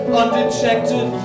undetected